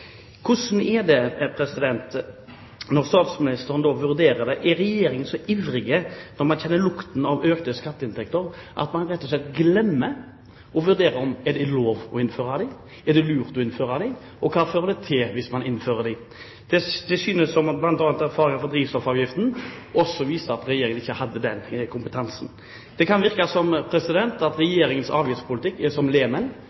Hvordan vurderer statsministeren dette? Er Regjeringen så ivrig når man kjenner lukten av økte skatteinntekter, at man rett og slett glemmer å vurdere om det er lov å innføre det, om det er lurt å innføre det, og hva det fører til hvis man innfører det? Erfaringene bl.a. fra saken om drivstoffavgiften viser også at Regjeringen ikke hadde den kompetansen. Det kan virke som om Regjeringens avgiftspolitikk er som lemen: